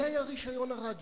זה היה רשיון הרדיו.